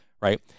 right